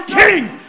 kings